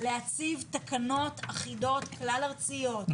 להציב תקנות אחידות כלל ארציות.